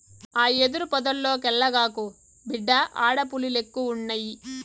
ఆ యెదురు పొదల్లోకెల్లగాకు, బిడ్డా ఆడ పులిలెక్కువున్నయి